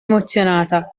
emozionata